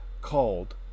called